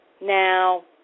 Now